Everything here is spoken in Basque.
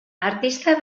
artista